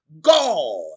God